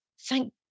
Thank